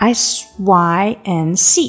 sync